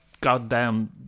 goddamn